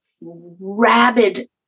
rabid